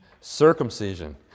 circumcision